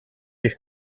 you